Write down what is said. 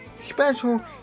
special